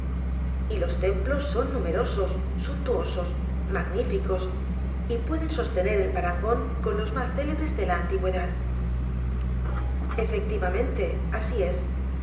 y los templos son numerosos suntuosos magníficos y pueden sostener el parangón con los más célebres de la antigüedad efectivamente así es